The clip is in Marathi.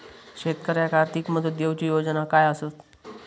शेतकऱ्याक आर्थिक मदत देऊची योजना काय आसत?